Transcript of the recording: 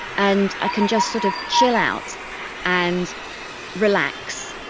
and i can just sort of chill out and relax,